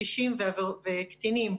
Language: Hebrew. קשישים וקטינים.